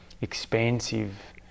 expansive